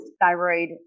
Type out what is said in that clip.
thyroid